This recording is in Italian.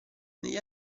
negli